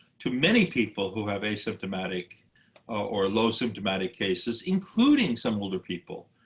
to many people who have asymptomatic or low symptomatic cases, including some older people.